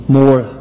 more